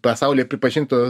pasaulyje pripažintų